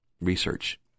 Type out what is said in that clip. Research